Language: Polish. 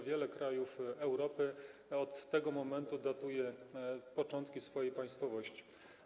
Wiele krajów Europy od tego momentu datuje początki swojej państwowości.